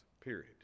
period